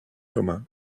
thomas